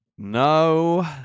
No